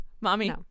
mommy